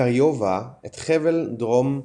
קראיובה את חבל דרום דוברוג'ה.